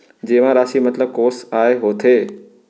जेमा राशि मतलब कोस आय होथे?